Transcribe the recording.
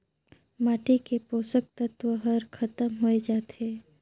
माटी के पोसक तत्व हर खतम होए जाथे